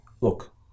look